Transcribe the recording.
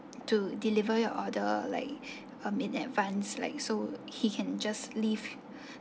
to deliver your order like um in advanced like so he can just leave